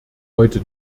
heute